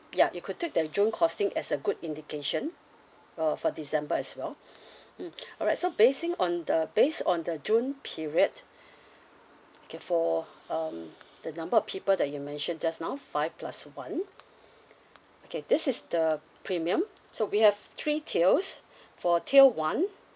ya you could take the june costing as a good indication uh for december as well mm alright so basing on the based on the june period okay for um the number of people that you mentioned just now five plus one okay this is the premium so we have three tiers for tier one